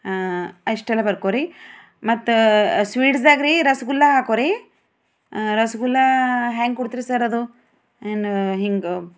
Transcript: ಅಷ್ಟೆಲ್ಲ ಬರ್ಕೋ ರಿ ಮತ್ತೆ ಸ್ವೀಟ್ಸ್ದಾಗ ರಿ ರಸಗುಲ್ಲ ಹಾಕೋ ರಿ ರಸಗುಲ್ಲ ಹೇಗೆ ಕೊಡ್ತೀರಾ ಸರ್ ಅದು ಇನ್ನು ಹೀಗೆ